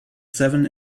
seven